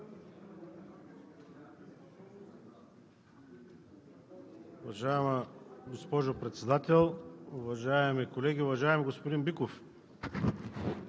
Уважаема госпожо Председател, уважаеми колеги! Уважаеми господин Биков,